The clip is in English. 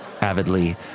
avidly